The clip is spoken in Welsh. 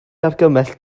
argymell